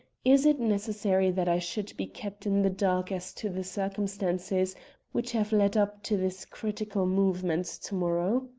is it necessary that i should be kept in the dark as to the circumstances which have led up to this critical movement to-morrow?